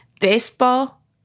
baseball